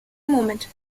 movement